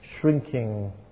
shrinking